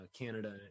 Canada